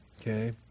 Okay